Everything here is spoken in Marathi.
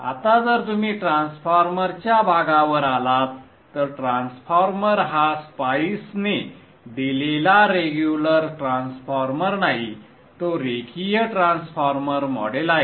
आता जर तुम्ही ट्रान्सफॉर्मरच्या भागावर आलात तर ट्रान्सफॉर्मर हा स्पाइसने दिलेला रेग्युलर ट्रान्सफॉर्मर नाही तो रेखीय ट्रान्सफॉर्मर मॉडेल आहे